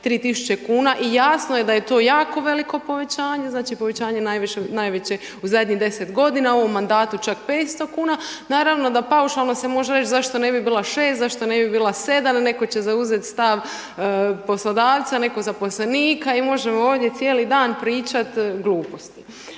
3000 kuna i jasno je da je to jako veliko povećanje, znači povećanje najveće u zadnjih 10 g., u ovom mandatu čak 500 kuna, naravno da paušalno se može reći zašto ne bi bila 6, zašto ne bi bila 7, netko će zauzeti stav poslodavca, netko zaposlenika i možemo ovdje cijeli dan pričati gluposti.